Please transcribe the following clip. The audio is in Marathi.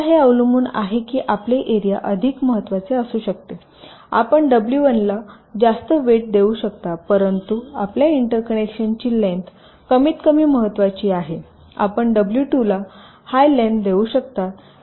आता हे अवलंबून आहे की आपले एरिया अधिक महत्वाचे असू शकते आपण डब्ल्यू 1 ला जास्त वेट देऊ शकता परंतु आपल्या इंटरकनेक्शनची लेन्थ कमीतकमी महत्त्वाची आहे आपण डब्ल्यू 2 ला हाय लेन्थ देऊ शकता